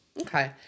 Okay